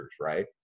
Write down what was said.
right